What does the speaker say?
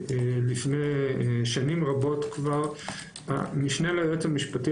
לפני שנים רבות כבר המשנה ליועץ המשפטי